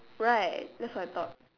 right that's my thought